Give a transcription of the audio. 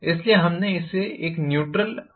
इसलिए हमने इसे एक न्यूट्रल एक्सिस कहा है